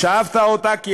השבת אותה, כי